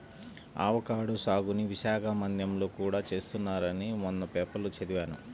avocado సాగుని విశాఖ మన్యంలో కూడా చేస్తున్నారని మొన్న పేపర్లో చదివాను